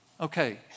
Okay